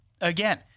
Again